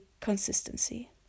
consistency